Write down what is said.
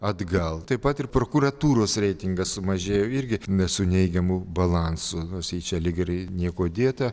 atgal taip pat ir prokuratūros reitingas sumažėjo irgi ne su neigiamu balansu nors ji čia lyg ir niekuo dėta